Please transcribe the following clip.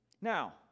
Now